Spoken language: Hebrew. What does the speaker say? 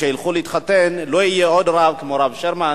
שכשהם ילכו להתחתן לא יהיה עוד רב כמו הרב שרמן